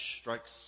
strikes